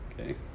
Okay